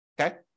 okay